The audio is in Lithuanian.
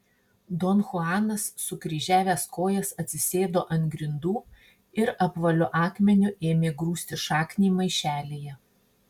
don chuanas sukryžiavęs kojas atsisėdo ant grindų ir apvaliu akmeniu ėmė grūsti šaknį maišelyje